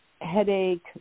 headache